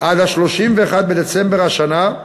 עד 31 בדצמבר השנה.